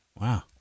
Wow